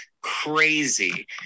crazy